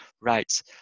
Right